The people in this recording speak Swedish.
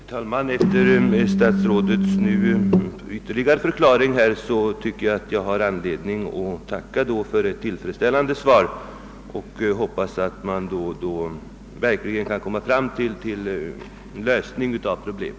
Herr talman! Efter statsrådets ytterligare klarläggande tycker jag att jag har anledning att tacka för ett tillfredsställande svar. Jag hoppas mot denna bakgrund att man verkligen skall kunna komma fram till en lösning av problemet.